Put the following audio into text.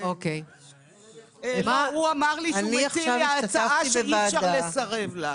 הוא אמר לי שהוא מציע לי הצעה שאי אפשר לסרב לה.